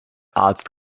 arzt